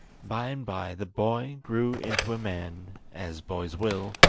by-and-by the boy grew into a man, as boys will,